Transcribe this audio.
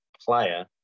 player